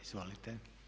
Izvolite.